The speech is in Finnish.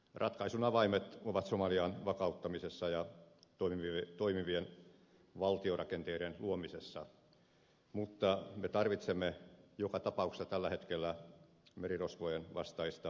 ratkaisun avaimet ovat somalian vakauttamisessa ja toimivien valtiorakenteiden luomisessa mutta me tarvitsemme joka tapauksessa tällä hetkellä merirosvojenvastaista toimintaa